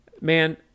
man